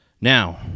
Now